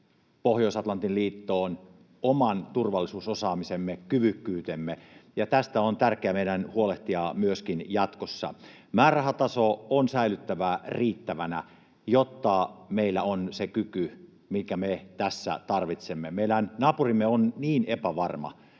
Pohjois-Atlantin liittoon oman turvallisuusosaamisemme, ‑kyvykkyytemme, ja tästä on tärkeää meidän huolehtia myöskin jatkossa. Määrärahatason on säilyttävä riittävänä, jotta meillä on se kyky, minkä me tässä tarvitsemme. Meidän naapurimme on niin epävarma,